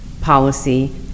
policy